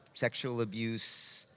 sexual abuse,